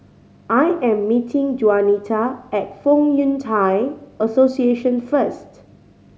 I am meeting Juanita at Fong Yun Thai Association first